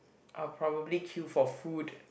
I will probably queue for food